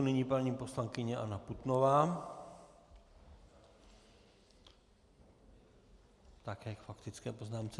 Nyní paní poslankyně Anna Putnová také k faktické poznámce.